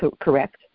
correct